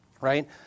Right